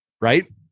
right